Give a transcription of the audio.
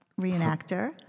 reenactor